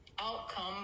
outcome